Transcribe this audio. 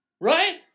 Right